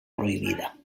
prohibida